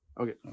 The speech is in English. Okay